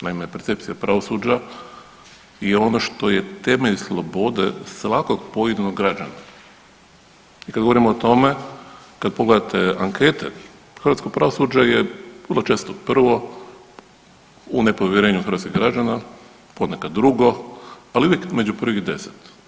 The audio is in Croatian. Naime, percepcija pravosuđa je ono što je temelj slobode svakog pojedinog građana i kad govorimo o tome, kad pogledate ankete, hrvatsko pravosuđe je vrlo često prvo, u nepovjerenju hrvatskih građana, ponekad drugo, ali uvijek među prvih 10.